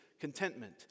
contentment